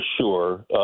sure